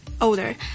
older